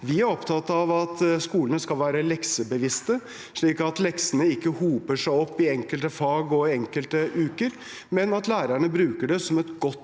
Vi er opptatt av at skolene skal være leksebevisste, slik at leksene ikke hoper seg opp i enkelte fag og enkelte uker, men at lærerne bruker det som et godt